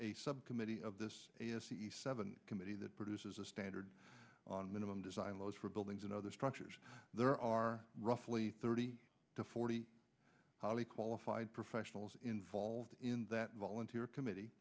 a subcommittee of this seven committee that produces a standard on minimum design laws for buildings and other structures there are roughly thirty to forty highly qualified professionals involved in that volunteer committee